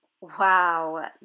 Wow